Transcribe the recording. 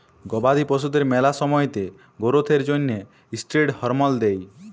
গবাদি পশুদের ম্যালা সময়তে গোরোথ এর জ্যনহে ষ্টিরেড হরমল দেই